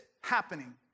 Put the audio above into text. happening